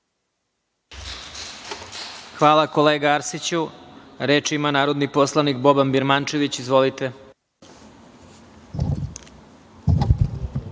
Hvala kolega Arsiću. Reč ima narodni poslanik Boban Birmančević. Izvolite. **Boban